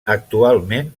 actualment